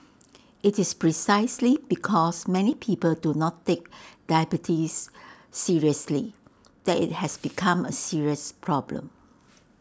IT is precisely because many people do not take diabetes seriously that IT has become A serious problem